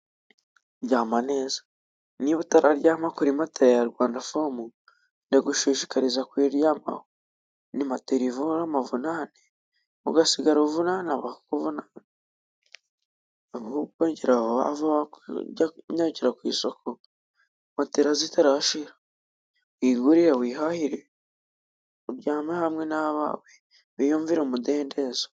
Ryama neza, niba utararyama kuri matela ya rwandafomu ndagushihikariza kuyiryamaho ,ni matera ivura amavunane ugasigara uvunana abakuvunagura. Ahubwo gira vuba vuba nyarukira ku isoko ,matela zitarashira, wigurire wihahire ,uryame hamwe n'abawe wiyumvire umudendezo.